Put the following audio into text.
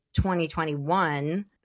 2021